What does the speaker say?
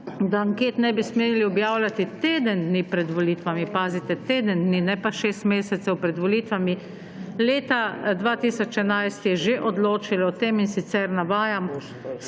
da anket ne bi smeli objavljati teden dni pred volitvami – pazite, teden dni, ne pa šest mesecev pred volitvami – leta 2011 že odločilo o tem. In sicer navajam,